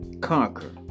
conquer